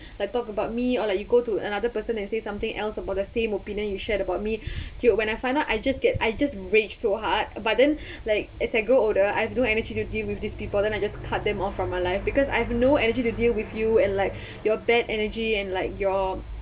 like talk about me or like you go to another person and say something else about the same opinion you shared about me till when I find out I just get I just rage so hard but then like as I grew older I don't actually deal with these people then I just cut them off from my life because I have no energy to deal with you and like your bad energy and like your